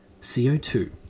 CO2